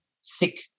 sick